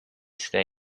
stay